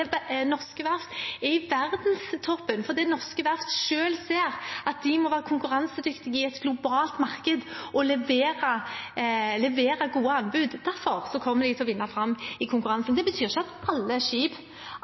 norske verft er i verdenstoppen, og fordi norske verft selv ser at de må være konkurransedyktige i et globalt marked og levere gode anbud. Derfor kommer de til å vinne fram i konkurransen. Det betyr ikke at alle skip